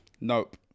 Nope